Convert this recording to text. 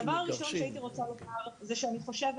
הדבר הראשון שהייתי רוצה לומר זה שאני חושבת